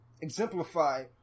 exemplify